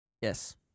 Yes